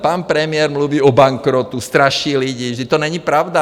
Pan premiér mluví o bankrotu, straší lidi, vždyť to není pravda.